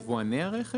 יבואני הרכב?